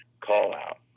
call-out